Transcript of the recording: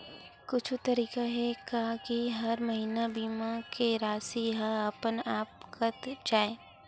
कुछु तरीका हे का कि हर महीना बीमा के राशि हा अपन आप कत जाय?